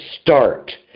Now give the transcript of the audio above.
start